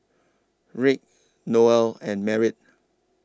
Rick Noel and Merritt